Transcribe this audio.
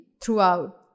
throughout